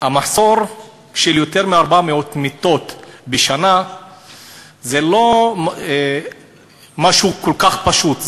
המחסור של יותר מ-400 מיטות בשנה זה לא משהו כל כך פשוט.